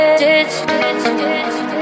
ditch